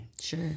Sure